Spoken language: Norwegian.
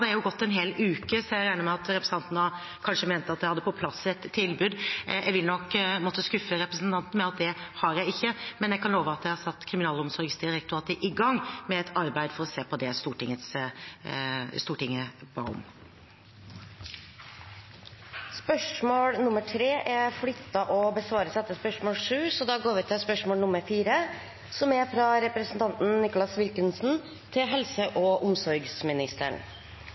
det har jo gått en hel uke, så jeg regner med at representanten kanskje mente at jeg hadde på plass et tilbud. Jeg vil nok måtte skuffe representanten med at det har jeg ikke, men jeg kan love at jeg har satt Kriminalomsorgsdirektoratet i gang med et arbeid for å se på det Stortinget ba om. Spørsmål 3 er flyttet og besvares etter spørsmål 7, så da går vi til spørsmål 4. «Flertallet av landene i Europa har logopeder som er autorisert, men ikke Norge. Flertallet av EU-landene autoriserer logopeder for å styrke pasient- og